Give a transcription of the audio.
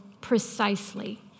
precisely